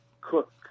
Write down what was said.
cook